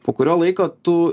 po kurio laiko tu